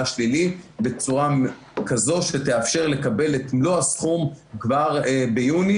השלילי בצורה כזו שתאפשר לקבל את מלוא הסכום כבר ביוני.